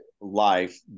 life